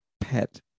pet